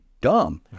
dumb